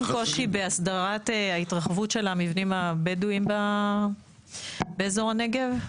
קושי בהסדרת ההתרחבות של המבנים הבדואים באזור הנגב?